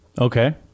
Okay